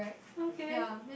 okay